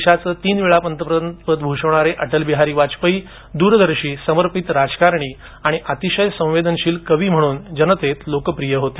देशाचं तीन वेळा पंतप्रधानपद भूषवणारे अटलबिहारी वाजपेयी द्रदर्शी समर्पित राजकारणी आणि अतिशय संवेदनशील कवी म्हणून जनतेत लोकप्रिय होते